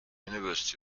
university